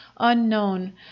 Unknown